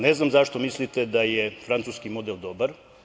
Ne znam zašto mislite da je francuski model dobar?